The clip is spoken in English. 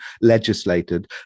legislated